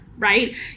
Right